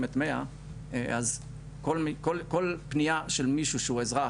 את 100 אז כל פניה של מישוה שהוא אזרח,